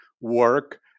work